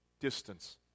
distance